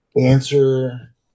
answer